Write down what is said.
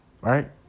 right